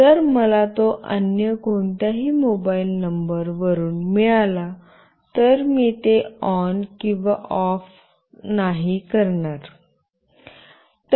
जर मला तो अन्य कोणत्याही मोबाइल नंबर वरून मिळाला तर मी ते ऑन किंवा ऑफ नाही करणार